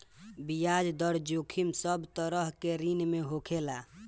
बियाज दर जोखिम सब तरह के ऋण में होखेला